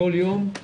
כל יום,